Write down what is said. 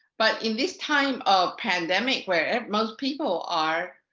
but in this time of pandemic where most people are